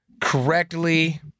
correctly